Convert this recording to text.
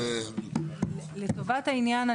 לטובת העניין,